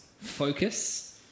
focus